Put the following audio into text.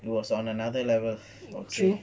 it was on another level three